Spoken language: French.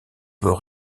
peut